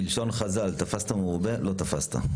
בלשון חז"ל: "תפסת מרובה לא תפסת".